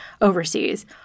overseas